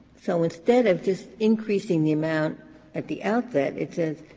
so instead of just increasing the amount at the outset, it says